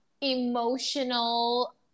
emotional